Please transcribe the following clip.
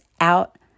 out